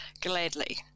gladly